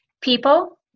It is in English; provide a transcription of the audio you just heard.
People